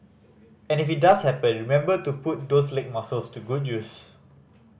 and if it does happen remember to put those leg muscles to good use